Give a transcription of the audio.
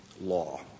law